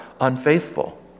unfaithful